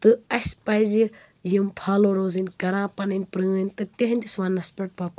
تہٕ اَسہِ پَزِ یہِ یِم پھالو روزٕنۍ کَران پنٕنۍ پرٛٲنۍ تہٕ تِہِنٛدِس ونٛنَس پٮ۪ٹھ